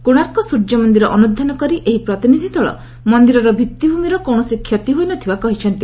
କୋଣାର୍କ ସ୍ୱର୍ଯ୍ୟମନ୍ଦିର ଅନୁଧ୍ୟାନ କରି ଏହି ପ୍ରତିନିଧି ଦଳ ମନ୍ଦିରର ଭିତ୍ତିଭୂମିର କୌଣସି କ୍ଷତି ହୋଇ ନ ଥିବା କହିଛନ୍ତି